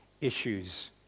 issues